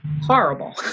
horrible